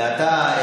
ואתה,